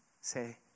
say